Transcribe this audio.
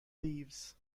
leaves